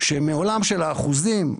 שמעולם של האחוזים,